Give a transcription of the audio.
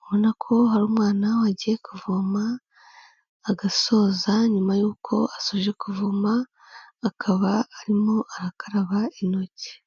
ubona ko hari umwana agiye kuvoma agasoza nyuma y'uko asoje kuvoma, akaba arimo arakaraba intoki.